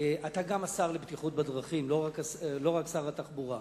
אתה גם השר לבטיחות בדרכים, לא רק שר התחבורה.